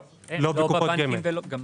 לא קופת גמל.